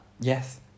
Yes